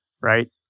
right